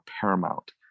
paramount